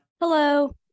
Hello